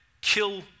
kill